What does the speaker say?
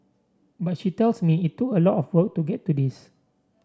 but she tells me it took a lot of work to get to this